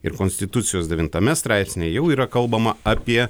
ir konstitucijos devintame straipsny jau yra kalbama apie